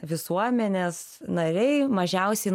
visuomenės nariai mažiausiai